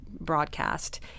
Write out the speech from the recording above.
broadcast